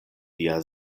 via